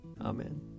Amen